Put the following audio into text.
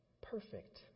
perfect